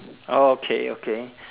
oh okay okay